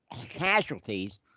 casualties